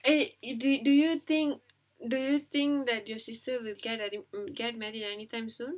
eh do do you think do you think that your sister will get married get married any time soon